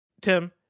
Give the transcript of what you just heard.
tim